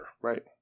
right